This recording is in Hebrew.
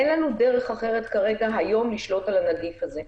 אין לנו דרך אחרת כרגע היום לשלוט על הנגיף הזה.